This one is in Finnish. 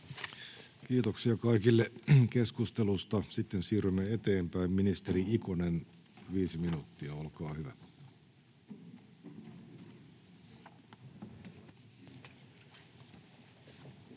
Kiitoksia kaikille keskustelusta. — Sitten siirrymme eteenpäin. — Ministeri Ikonen, 5 minuuttia, olkaa hyvä. [Speech